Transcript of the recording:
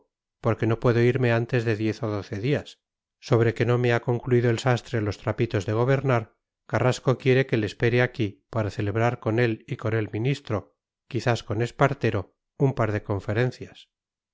porque no puedo irme antes de diez o doce días sobre que no me ha concluido el sastre los trapitos de gobernar carrasco quiere que le espere aquí para celebrar con él y con el ministro quizás con espartero un par de conferencias